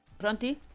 Pronti